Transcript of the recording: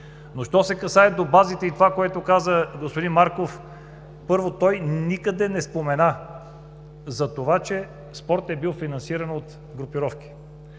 Но що се касае до базите и до онова, което каза господин Марков, първо, той никъде не спомена, че спортът е бил финансиран от групировки.